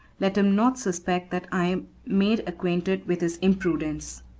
let him not suspect that i am made acquainted with his imprudence.